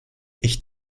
ich